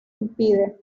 impide